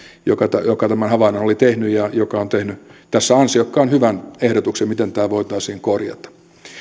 joka joka tämän havainnon oli tehnyt ja joka on tehnyt tässä ansiokkaan hyvän ehdotuksen miten tämä voitaisiin korjata